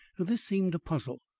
this seemed a puzzle.